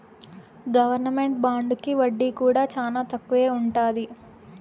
government బాండుకి వడ్డీ కూడా చానా తక్కువే ఉంటది